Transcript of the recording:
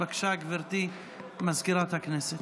בבקשה, גברתי מזכירת הכנסת.